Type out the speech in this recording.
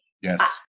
Yes